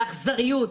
באכזריות.